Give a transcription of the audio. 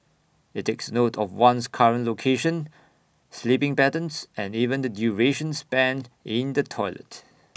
IT takes note of one's current location sleeping patterns and even the duration spent in the toilet